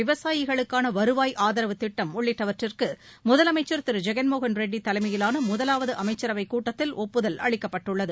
விவசாயிகளுக்கான வருவாய் ஆதரவு திட்டம் உள்ளிட்டவற்றுக்கு முதலமைச்சர் திரு ஜெகன்மோகன் ரெட்டி தலைமயிலான முதலாவது அமைச்சரவைக் கூட்டத்தில் ஒப்புதல் அளிக்கப்பட்டுள்ளது